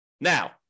Now